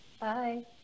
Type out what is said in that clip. Bye